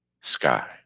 sky